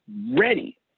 ready